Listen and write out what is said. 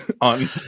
on